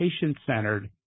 patient-centered